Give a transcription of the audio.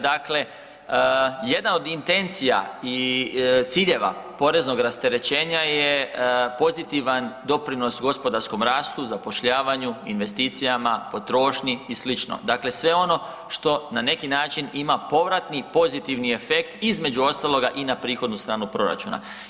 Dakle, jedna od intencija i ciljeva poreznog rasterećenja je pozitivan doprinos gospodarskom rastu, zapošljavanju, investicijama, potrošnji i slično, dakle sve ono što na neki način ima povrati pozitivni efekt između ostaloga i na prihodnu stranu proračun.